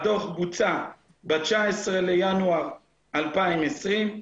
הדוח בוצע ב-19 בינואר 2020,